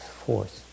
force